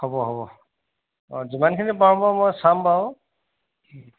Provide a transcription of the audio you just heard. হ'ব হ'ব অঁ যিমানখিনি পাৰোঁ মই বাৰু চাম বাৰু